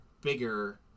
bigger